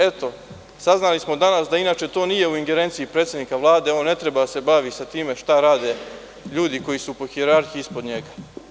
Eto, sazvali smo danas da to inače nije u ingerenciji predsednika Vlade, da on ne treba da se bavi time šta rade ljudi koji su po hijerarhiji ispod njega.